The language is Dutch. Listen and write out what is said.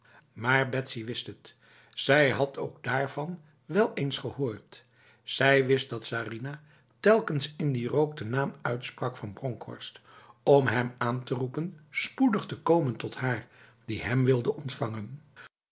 maar betsy wist het zij had ook daarvan wel eens gehoord zij wist dat sarinah telkens in die rook de naam uitsprak van bronkhorst om hem aan te roepen spoedig te komen tot haar die hem wilde ontvangen